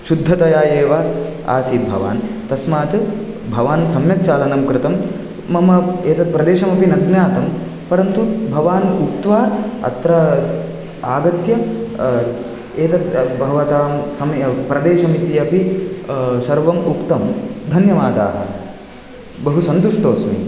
शुद्धतया एव आसीत् भवान् तस्मात् भवान् सम्यक् चालनं कृतं मम एतत् प्रदेशमपि न ज्ञातं परन्तु भवान् उक्त्वा अत्र आगत्य एतद् भवतां समय प्रदेशमित्यपि सर्वम् उक्तं धन्यवादाः बहुसन्तुष्टोऽस्मि